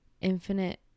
infinite